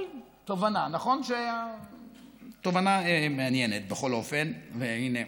אבל זו תובנה מעניינת בכל אופן, והינה,